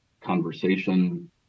conversation